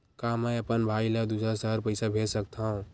का मैं अपन भाई ल दुसर शहर पईसा भेज सकथव?